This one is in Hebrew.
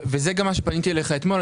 וזה גם מה שפניתי אליך אתמול.